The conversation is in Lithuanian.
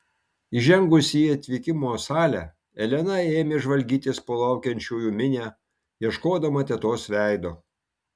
įžengusi į atvykimo salę elena ėmė žvalgytis po laukiančiųjų minią ieškodama tetos veido